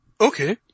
Okay